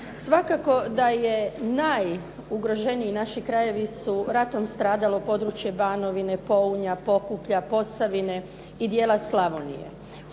Svakako da je najugroženiji naši krajevi su ratom stradalo područje Banovine, Pounja, Pokuplja, Posavine i dijela Slavonije.